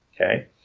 Okay